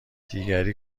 دیگری